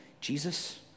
Jesus